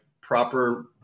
proper